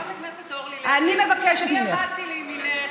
חברת הכנסת אורלי לוי, אני עמדתי לימינך